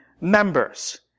members